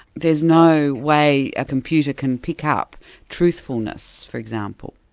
there's no way a computer can pick ah up truthfulness, for example.